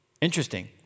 Interesting